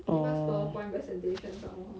give us powerpoint presentation some more